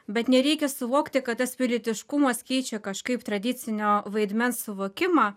bet nereikia suvokti kad tas pilietiškumas keičia kažkaip tradicinio vaidmens suvokimą